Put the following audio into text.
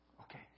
Okay